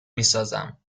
میسازم